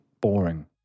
boring